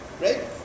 Right